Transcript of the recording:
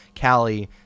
Callie